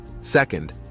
Second